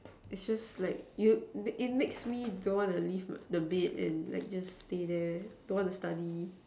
it's just like you it makes me don't want to leave the bed and like just stay there don't want to study